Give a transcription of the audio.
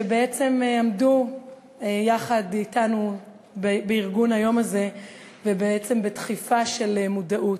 שבעצם עמדו יחד אתנו בארגון היום הזה ובדחיפה של מודעות.